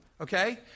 okay